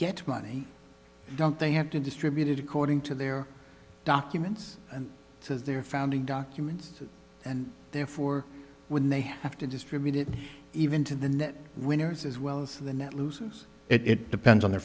get money don't they have to distributed according to their documents and this is their founding documents and therefore when they have to distribute it even to the net winners as well as the net lose it depends on their